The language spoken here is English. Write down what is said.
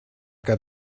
got